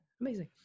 amazing